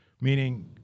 Meaning